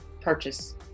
purchase